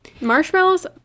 marshmallows